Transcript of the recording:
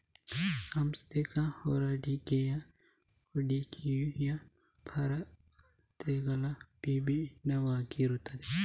ಸಾಂಸ್ಥಿಕ ಹೂಡಿಕೆದಾರರ ಹೂಡಿಕೆಯ ಪರಿಧಿಗಳು ಭಿನ್ನವಾಗಿರುತ್ತವೆ